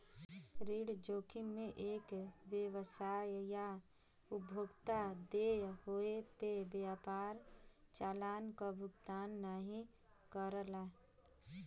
ऋण जोखिम में एक व्यवसाय या उपभोक्ता देय होये पे व्यापार चालान क भुगतान नाहीं करला